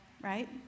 right